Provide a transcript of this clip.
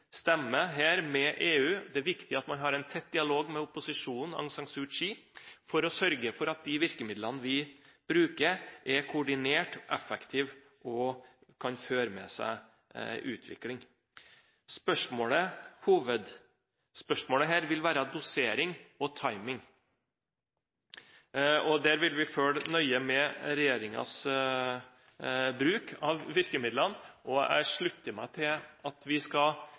med EU, og det er viktig at man har en tett dialog med opposisjonen, Aung San Suu Kyi, for å sørge for at de virkemidlene vi bruker, er koordinerte, effektive og kan føre med seg utvikling. Hovedspørsmålet her vil være dosering og timing. Der vil vi følge nøye med i regjeringens bruk av virkemidlene, og jeg slutter meg til at vi skal